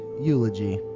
eulogy